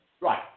Right